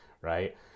Right